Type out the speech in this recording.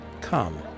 Come